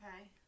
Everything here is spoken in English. Okay